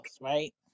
right